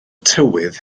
tywydd